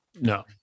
No